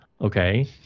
okay